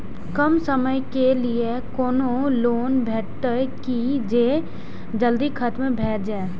कम समय के लीये कोनो लोन भेटतै की जे जल्दी खत्म भे जे?